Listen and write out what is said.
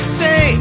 say